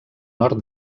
nord